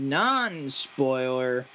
non-spoiler